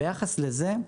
ביחס לזה,